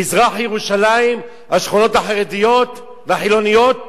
מזרח-ירושלים, השכונות החרדיות והחילוניות?